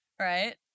right